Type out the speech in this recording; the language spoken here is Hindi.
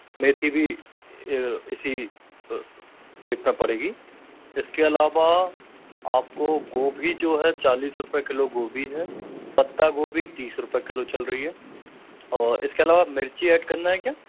मेथी भी इसी रेट तक पड़ेगी इसके अलावा आपको गोभी जो हैं चालीस रुपए किलो गोभी है पत्ता गोभी तीस रुपए किलो चल रही हैं और इसके अलावा मिर्च ऐड करना है क्या